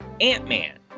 Ant-Man